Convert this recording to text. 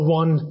one